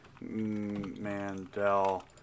Mandel